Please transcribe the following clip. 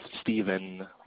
Stephen